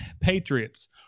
Patriots